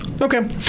Okay